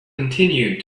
continued